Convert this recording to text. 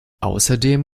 außerdem